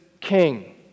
king